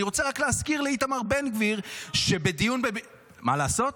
אני רק רוצה להזכיר לאיתמר בן גביר שבדיון --- מה לעשות?